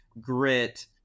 grit